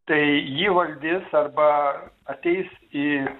tai jį valdys arba ateis į